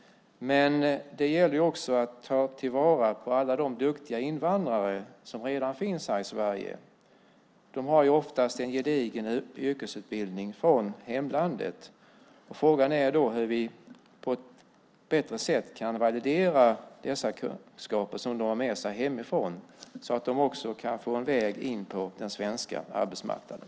Men det gäller också att ta vara på kunskapen hos alla de duktiga invandrare som redan finns här i Sverige. De har oftast en gedigen yrkesutbildning från hemlandet. Frågan är hur vi på ett bättre sätt kan validera de kunskaper som dessa har med sig hemifrån så att de kanske kan få en väg in på den svenska arbetsmarknaden.